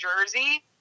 jersey